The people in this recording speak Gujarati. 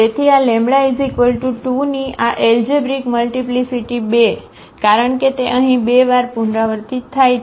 તેથી આ λ 2 ની આ એલજેબ્રિક મલ્ટીપ્લીસીટી 2 કારણ કે તે અહીં 2 વાર પુનરાવર્તિત થાય છે